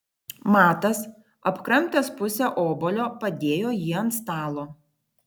matas apkramtęs pusę obuolio padėjo jį ant stalo